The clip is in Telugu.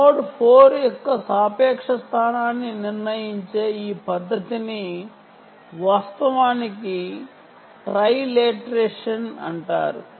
నోడ్ యొక్క సాపేక్ష స్థానాన్ని నిర్ణయించే ఈ పద్ధతిని వాస్తవానికి ట్రైలేట్రేషన్ అంటారు